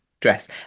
dress